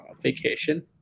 vacation